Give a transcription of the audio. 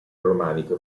romanico